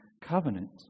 covenant